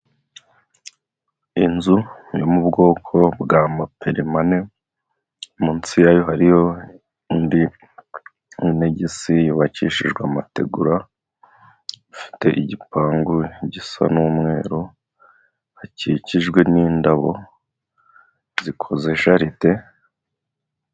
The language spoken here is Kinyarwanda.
Inzu yo mubwoko bwa mopelemane munsi yayo hariho indi anegisi yubakishijwe amategura ifite igipangu gisa n'umweru hakikijwe n'indabo zikoze jaride.